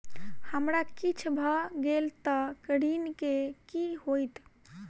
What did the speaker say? हमरा किछ भऽ गेल तऽ ऋण केँ की होइत?